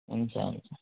हुन्छ हुन्छ